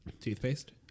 Toothpaste